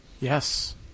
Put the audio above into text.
Yes